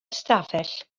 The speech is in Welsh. ystafell